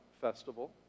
festival